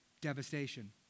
devastation